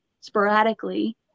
sporadically